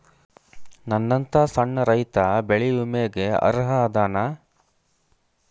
ನನ್ನಂತ ಸಣ್ಣ ರೈತಾ ಬೆಳಿ ವಿಮೆಗೆ ಅರ್ಹ ಅದನಾ?